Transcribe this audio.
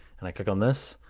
and i click on this,